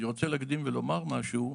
אני רוצה להקדים ולומר משהו: